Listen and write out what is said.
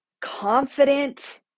confident